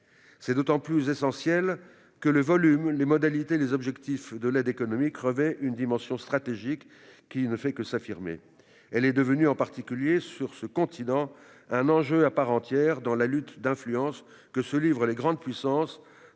C'est d'autant plus essentiel que le volume, les modalités et les objectifs de l'aide économique revêtent une dimension stratégique qui ne fait que s'affirmer. Cette aide est devenue, en particulier sur le continent africain, un enjeu à part entière dans la lutte d'influence à laquelle se livrent les grandes puissances,